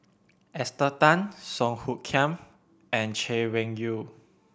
Esther Tan Song Hoot Kiam and Chay Weng Yew